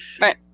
Right